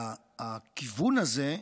והכיוון הזה,